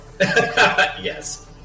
Yes